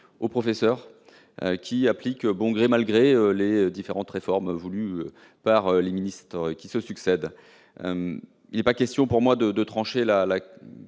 aux professeurs, qui appliquent bon gré mal gré les différentes réformes voulues par les ministres qui se succèdent. Il n'est pas question pour moi de trancher la question